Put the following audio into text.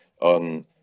on